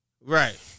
right